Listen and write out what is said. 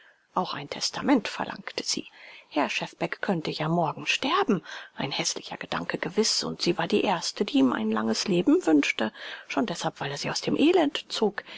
auch ein testament verlangte sie herr schefbeck könnte ja morgen sterben ein häßlicher gedanke gewiß und sie war die erste die ihm ein langes leben wünschte schon deshalb weil er sie aus dem elend zog